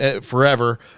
forever